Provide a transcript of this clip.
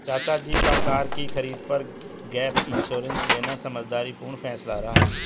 चाचा जी का कार की खरीद पर गैप इंश्योरेंस लेना समझदारी पूर्ण फैसला रहा